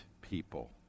people